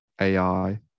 AI